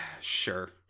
sure